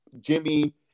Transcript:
Jimmy